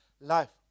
life